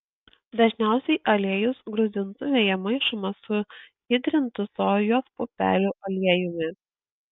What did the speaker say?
dažniausiai aliejus gruzdintuvėje maišomas su hidrintu sojos pupelių aliejumi